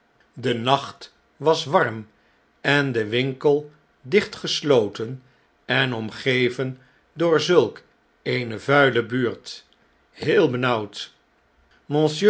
de nacht was warm en de winkel dichtgesloten en omgeven door zulk eene vuile buurt heel benauwd